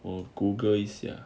我 google 一下